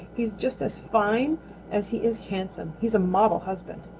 he's just as fine as he is handsome. he's a model husband.